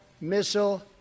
missile